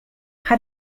how